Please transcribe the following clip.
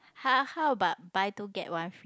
how how about buy two get one free